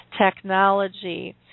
technology